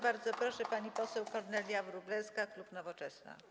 Bardzo proszę, pani poseł Kornelia Wróblewska, klub Nowoczesna.